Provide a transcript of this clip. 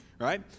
Right